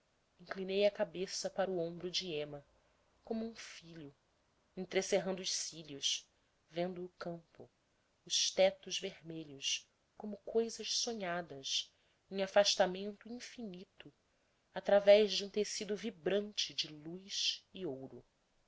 inclinei a cabeça para o ombro de ema como um filho entrecerrando os cílios vendo o campo os tetos vermelhos como coisas sonhadas em afastamento infinito através de um tecido vibrante de luz e ouro